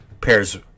Pairs